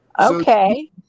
Okay